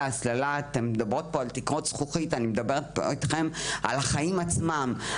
אתם מדברים פה על תקרות זכוכית ואני מדברת על החיים עצמם.